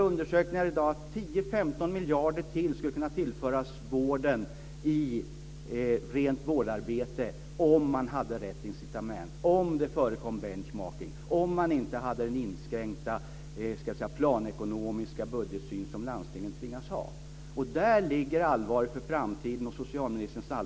Undersökningar visar i dag att 10-15 miljarder kronor skulle kunna tillföras vården i rent vårdarbete om man hade rätt incitament, om det förekom benchmarking, om man inte hade den inskränkta planekonomiska budgetsyn som landstingen tvingas ha. Där ligger det allvarliga inför framtiden för socialministerns del.